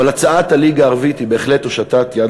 אבל הצעת הליגה הערבית היא בהחלט הושטת יד